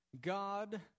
God